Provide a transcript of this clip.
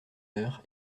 heure